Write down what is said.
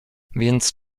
więc